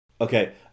okay